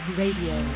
radio